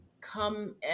come